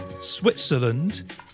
Switzerland